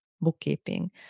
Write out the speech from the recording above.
bookkeeping